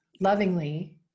lovingly